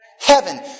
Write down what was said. Heaven